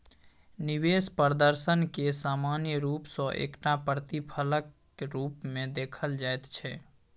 निवेश प्रदर्शनकेँ सामान्य रूप सँ एकटा प्रतिफलक रूपमे देखल जाइत छै